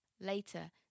Later